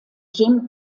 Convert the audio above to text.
jim